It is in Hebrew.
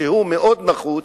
שהוא מאוד נחוץ,